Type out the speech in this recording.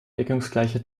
deckungsgleiche